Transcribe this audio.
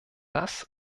das